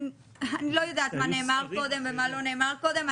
אני לא יודעת מה נאמר קודם ומה לא נאמר קודם.